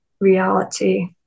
reality